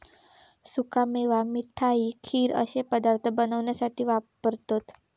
सुका मेवा मिठाई, खीर अश्ये पदार्थ बनवण्यासाठी वापरतत